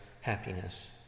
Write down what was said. happiness